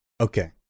Okay